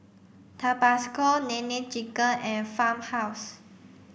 Tabasco Nene Chicken and Farmhouse